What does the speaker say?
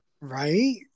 Right